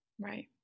Right